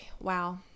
Wow